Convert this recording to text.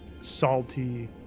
salty